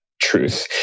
truth